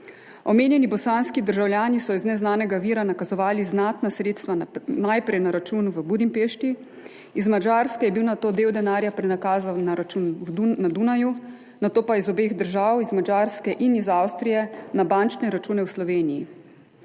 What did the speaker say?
Omenjeni bosanski državljani so iz neznanega vira nakazovali znatna sredstva najprej na račun v Budimpešti, iz Madžarske je bil nato del denarja prenakazan na račun na Dunaju, nato pa iz obeh držav, iz Madžarske in Avstrije, na bančne račune v Sloveniji.